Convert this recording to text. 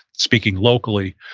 speaking locally,